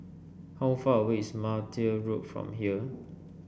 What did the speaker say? how far away is Martia Road from here